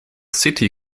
city